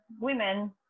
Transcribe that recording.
women